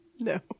no